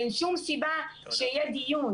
ואין שום סיבה שיהיה דיון,